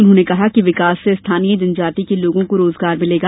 उन्होंने कहा कि विकास से स्थानीय जनजाति के लोगों को रोजगार मिलेगा